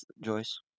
Joyce